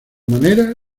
manera